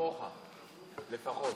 כמוך לפחות.